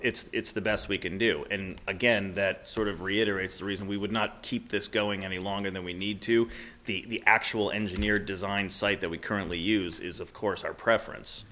ideal it's the best we can do and again that sort of reiterates the reason we would not keep this going any longer than we need to the actual engineer design site that we currently use is of course our preference